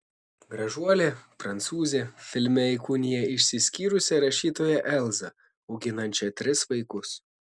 gražuolė prancūzė filme įkūnija išsiskyrusią rašytoją elzą auginančią tris vaikus